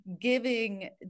giving